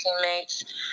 teammates